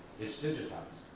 it's digitized,